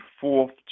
fourth